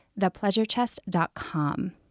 thepleasurechest.com